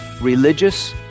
religious